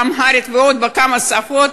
באמהרית ובעוד כמה שפות.